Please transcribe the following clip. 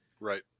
Right